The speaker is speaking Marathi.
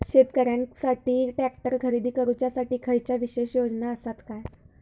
शेतकऱ्यांकसाठी ट्रॅक्टर खरेदी करुच्या साठी खयच्या विशेष योजना असात काय?